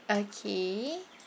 okay